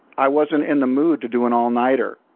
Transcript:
i wasn't in the mood to do an all-nighter.